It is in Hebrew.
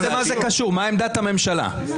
מה עמדת הממשלה?